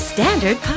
Standard